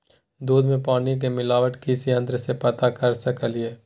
दूध में पानी के मिलावट किस यंत्र से पता कर सकलिए?